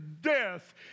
death